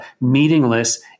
meaningless